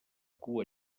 cua